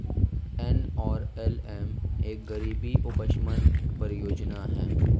NRLM एक गरीबी उपशमन परियोजना है